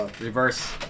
Reverse